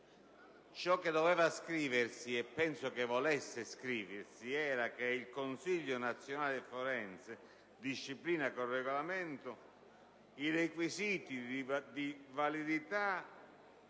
Ciò che si doveva scrivere - e che penso si volesse scrivere - era che il Consiglio nazionale forense disciplina con regolamento i requisiti di validità